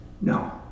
No